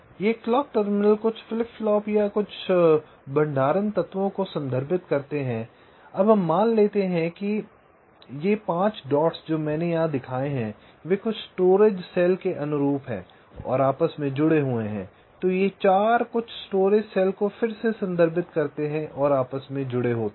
ये clock terminal कुछ flip flop या कुछ भंडारण तत्वों को को संदर्भित करते हैं अब हम मान लेते हैं कि ये 5 डॉट्स जो मैंने यहां दिखाए हैं वे कुछ स्टोरेज सेल के अनुरूप हैं जो आपस में जुड़े हुए हैं ये 4 कुछ स्टोरेज सेल को फिर से संदर्भित करते हैं जो आपस में जुड़े होते हैं